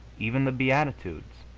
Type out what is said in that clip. even the beatitudes,